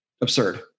absurd